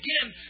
again